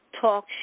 talk